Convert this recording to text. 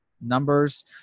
numbers